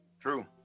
True